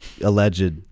Alleged